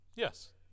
yes